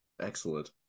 Excellent